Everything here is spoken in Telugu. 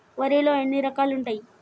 వరిలో ఎన్ని రకాలు ఉంటాయి?